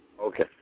Okay